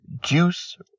juice